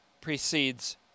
precedes